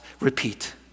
repeat